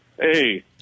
Hey